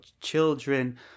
children